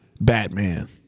Batman